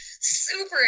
super